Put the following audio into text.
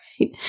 right